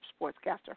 sportscaster